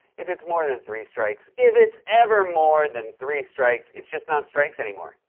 if it's more than three strikes if it's ever more than three strikes, it's just not strikes anymore.